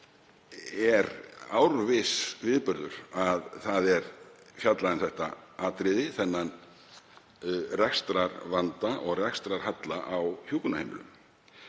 og árviss viðburður að fjallað er um þetta atriði, þennan rekstrarvanda og rekstrarhalla á hjúkrunarheimilum.